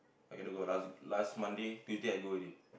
I get to go last last Monday Tuesday I go already